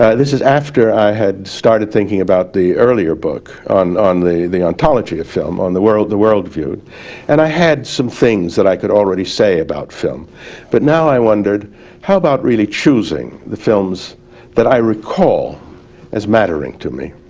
this is after i had started thinking about the earlier book on on the the ontology of film on the world the world view and i had some things that i could already say about film but now i wondered how about really choosing the films that i recall as mattering to me.